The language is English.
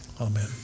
Amen